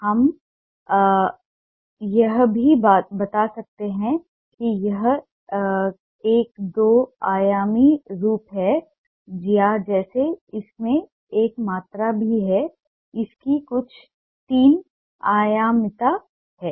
यह हमें यह भी बता सकता है कि क्या यह एक दो आयामी रूप है या जैसे इसमें एक मात्रा भी है इसकी कुछ तीन आयामीता है